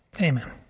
Amen